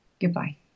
Goodbye